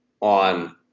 on